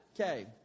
Okay